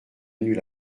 venus